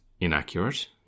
inaccurate